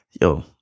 Yo